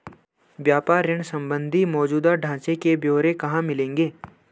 व्यापार ऋण संबंधी मौजूदा ढांचे के ब्यौरे कहाँ मिलेंगे?